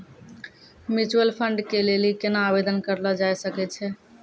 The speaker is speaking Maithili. म्यूचुअल फंड के लेली केना आवेदन करलो जाय सकै छै?